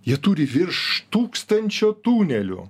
jie turi virš tūkstančio tunelių